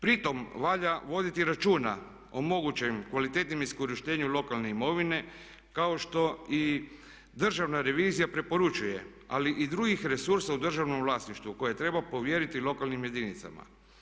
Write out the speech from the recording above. Pritom valja voditi računa o mogućoj kvaliteti iskorištenja lokalne imovine kao što i Državna revizija preporučuje, ali i drugih resursa u državnom vlasništvu koje treba povjeriti lokalnim jedinicama.